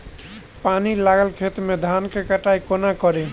पानि लागल खेत मे धान केँ कटाई कोना कड़ी?